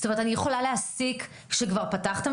זאת אומרת אני יכולה להסיק שכבר פתחתם